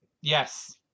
Yes